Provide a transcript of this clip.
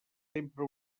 sempre